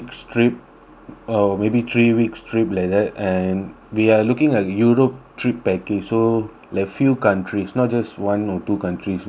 or maybe three weeks three like that and we are looking at europe trip package so like few countries not just one or two countries we want uh like